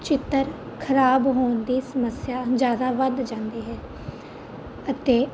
ਚਿੱਤਰ ਖਰਾਬ ਹੋਣ ਦੀ ਸਮੱਸਿਆ ਜ਼ਿਆਦਾ ਵੱਧ ਜਾਂਦੀ ਹੈ ਅਤੇ